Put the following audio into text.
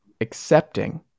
accepting